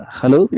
Hello